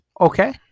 Okay